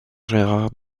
gérard